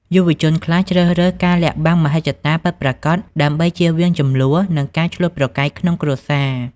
យុវជនខ្លះជ្រើសរើសការលាក់បាំងមហិច្ឆតាពិតប្រាកដ ដើម្បីជៀសវាងជម្លោះ និងការឈ្លោះប្រកែកក្នុងគ្រួសារ។